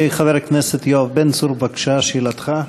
חבר הכנסת יואב בן צור, בבקשה, שאלתך.